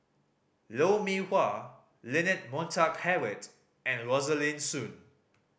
Lou Mee Wah Leonard Montague Harrod and Rosaline Soon